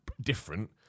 different